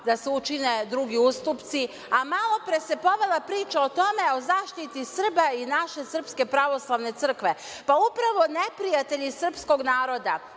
da se učine drugi ustupci, a malopre se povela priča o tome, o zaštiti Srba i naše SPC. Pa, upravo neprijatelji srpskog naroda